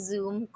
Zoom